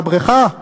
מהבריכה,